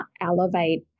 elevate